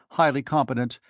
highly competent,